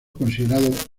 considerado